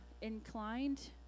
inclined